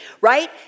right